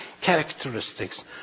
characteristics